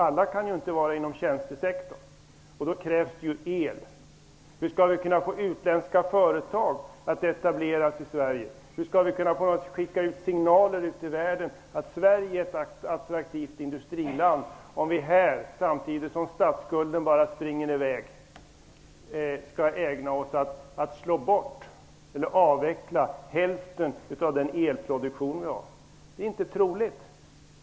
Alla kan ju inte sysselsättas inom tjänstesektorn, och därför krävs det tillgång till el. Hur skall vi kunna få utländska företag att etablera sig i Sverige? Hur skall vi kunna skicka ut signaler i världen om att Sverige är ett attraktivt industriland, om vi här samtidigt som statsskulden bara ökar skall avveckla hälften av den elproduktion som vi har i dag? Det är inte trovärdigt.